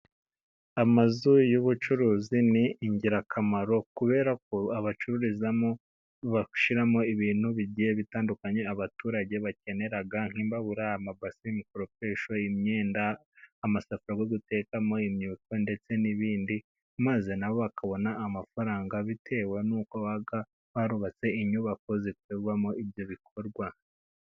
Amazu y'ubucuruzi ni ingirakamaro, kubera ko abacururizamo bashyiramo ibintu bigiye bitandukanye abaturage bakenera nk'imbabura, amabasi, imikoropesho, imyenda, amasafuriya yo gutekamo imyuka ndetse n'ibindi, maze na bo bakabona amafaranga, bitewe n'uko baba barubatse inyubako zikorerwamo ibyo bikorwa.